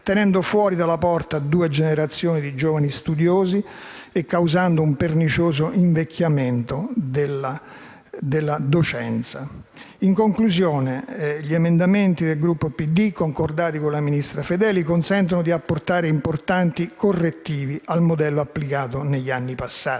tenendo fuori dalla porta due generazioni di giovani studiosi, e causando un pernicioso invecchiamento della docenza. In conclusione, gli emendamenti del Gruppo PD, concordati con la ministra Fedeli, consentono di apportare importanti correttivi al modello applicato negli anni passati.